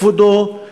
כבודו,